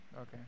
Okay